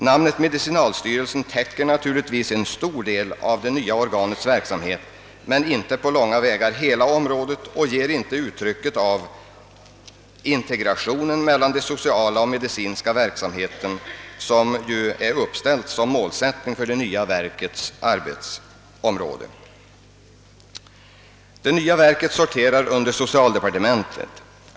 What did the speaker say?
Namnet »medicinalstyrelsen» täcker naturligtvis en stor del av det nya organets verksamhet, men inte på långa vägar hela området, och det ger inte uttryck för den integration mellan de sociala och medicinska verksamheterna som är uppställd som målsättning för det nya verkets arbetsområde. Det nya verket sorterar under socialdepartementet.